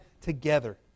together